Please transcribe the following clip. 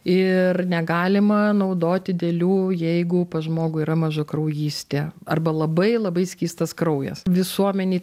ir negalima naudoti dėlių jeigu pas žmogų yra mažakraujystė arba labai labai skystas kraujas visuomenėj